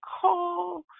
call